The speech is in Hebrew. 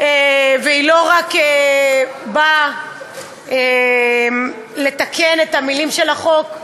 והיא לא רק באה לתקן את המילים של החוק,